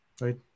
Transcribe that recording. right